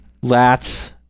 Lats